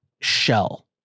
Shell